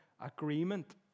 agreement